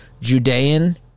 Judean